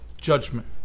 judgment